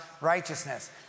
righteousness